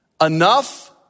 Enough